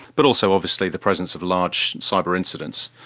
but also obviously the presence of large cyber incidents.